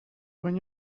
when